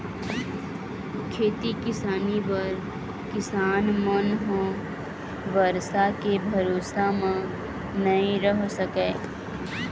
खेती किसानी बर किसान मन ह बरसा के भरोसा म नइ रह सकय